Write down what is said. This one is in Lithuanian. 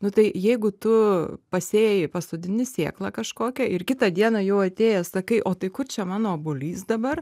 nu tai jeigu tu pasėjai pasodini sėklą kažkokią ir kitą dieną jau atėjęs sakai o tai kur čia mano obuolys dabar